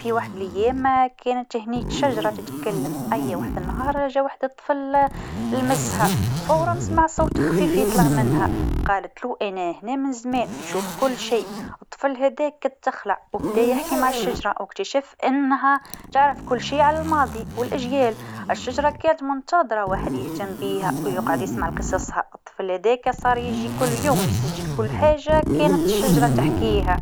فما نهار كانت فمه شجره تتكلم، لين جا نهار جا طفل لمسها بالوقت سمع صوت خفيف يطلع منها قالتلو أنا هنا من زمان نشوف كل شي والطفل هذاكا تفجع وبدا يحكي مع الشجره و اكتشف انها تعرف كل شي على الماضي ولأجيال، الشجره كانت منتظره واحد يهتم بيها ويقعد يسمع قصصها والطفل هذاكا ولا يجي كل يوم ويسجل كل حاجه الشجره تحكيها.